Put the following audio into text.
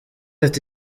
ati